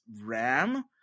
RAM